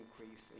increase